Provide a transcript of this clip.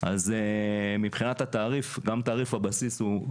גם תעריף הבסיס הוא